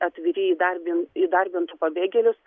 atviri įdarbin įdarbintų pabėgėlius